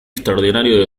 extraordinario